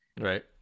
Right